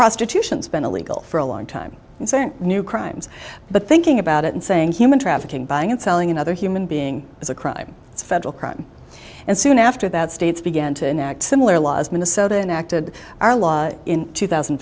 prostitution has been illegal for a long time and sent new crimes but thinking about it and saying human trafficking buying and selling another human being is a crime it's a federal crime and soon after that states began to enact similar laws minnesota enacted our law in two thousand